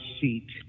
seat